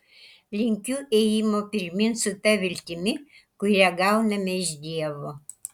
linkiu ėjimo pirmyn su ta viltimi kurią gauname iš dievo